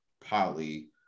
poly